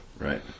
Right